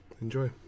Enjoy